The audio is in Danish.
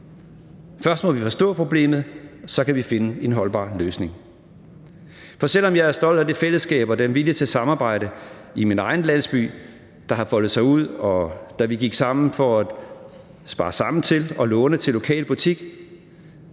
Først må vi forstå problemet, og så kan vi finde en holdbar løsning. For selv om jeg er stolt af det fællesskab og den vilje til samarbejde i min egen landsby, der har foldet sig ud, bl.a. da vi gik sammen om at spare sammen til at låne til en lokal butik,